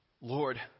Lord